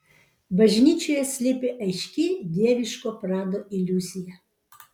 bažnyčioje slypi aiški dieviško prado iliuzija